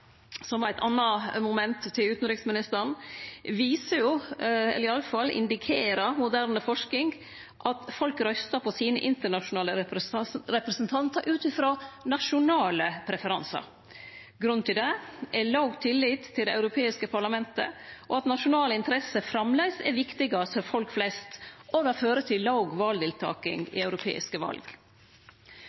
eit anna moment til utanriksministeren – viser jo, eller indikerer i alle fall, moderne forsking at folk røystar på sine internasjonale representantar ut frå nasjonale preferansar. Grunnen til det er låg tillit til det europeiske parlamentet og at nasjonale interesser framleis er viktigast for folk flest. Det fører til låg valdeltaking i europeiske val.